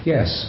Yes